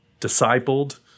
discipled